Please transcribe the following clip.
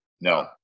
no